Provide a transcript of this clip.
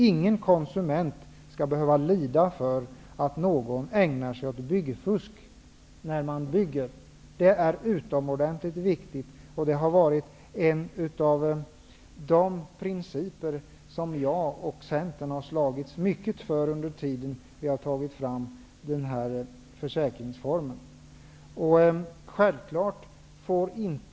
Ingen konsument skall behöva lida för att någon ägnar sig åt byggfusk. Det är utomordentligt viktigt, och det har varit en av de principer som jag och Centern har slagits mycket för under den tid då den här försäkringsformen har tagits fram.